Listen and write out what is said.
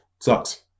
sucks